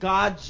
God